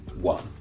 one